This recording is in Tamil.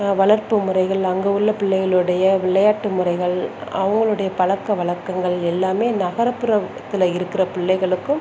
வளர்ப்பு முறைகள் அங்கே உள்ள பிள்ளைகளுடைய விளையாட்டு முறைகள் அவங்களுடைய பழக்கவழக்கங்கள் எல்லாமே நகர்புறத்தில் இருக்கிற பிள்ளைகளுக்கும்